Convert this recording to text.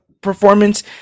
performance